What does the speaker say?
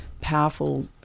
powerful